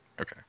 Okay